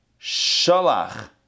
Shalach